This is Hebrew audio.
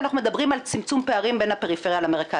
אנחנו מדברים על צמצום פערים בין הפריפריה למרכז.